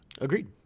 Agreed